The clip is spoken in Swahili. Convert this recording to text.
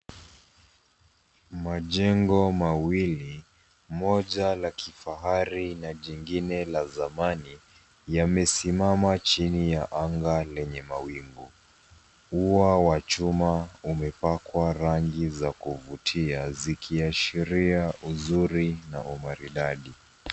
Majengo mawili, moja la kifahari na jingine la zamani, yamesimama chini ya anga lenye mawingu. Ua wa chuma umepakwa rangi za kuvutia zikiashiria uzuri na maridadi.